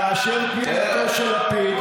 כאשר תמונתו של לפיד,